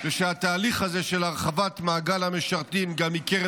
ושהתהליך הזה של הרחבת מעגל המשרתים גם מקרב